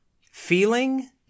feeling